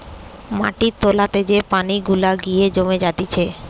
মাটির তোলাতে যে পানি গুলা গিয়ে জমে জাতিছে